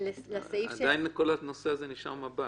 עדיין כל הנושא הזה נשאר מב"ד...